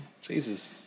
Jesus